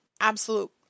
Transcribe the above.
absolute